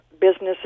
businesses